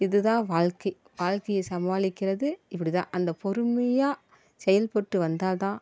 இது தான் வாழ்க்கை வாழ்க்கையை சமாளிக்கிறது இப்படி தான் அந்த பொறுமையா செயல்பட்டு வந்தால் தான்